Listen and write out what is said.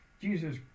Jesus